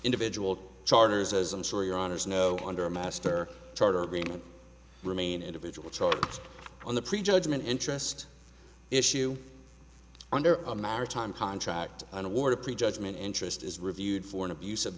individual charters as i'm sure your honour's know under a master charter agreement remain individual choice on the pre judgment interest issue under a maritime contract an award of pre judgment interest is reviewed for an abus